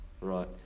Right